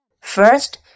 First